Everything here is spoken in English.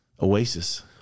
Oasis